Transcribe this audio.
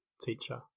teacher